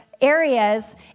areas